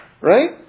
Right